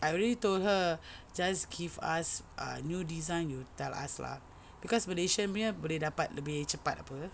I already told her just give us uh new design you tell us lah cause malaysia punya boleh dapat lebih cepat apa